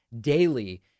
daily